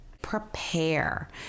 prepare